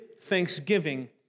thanksgiving